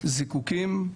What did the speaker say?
מזיקוקים.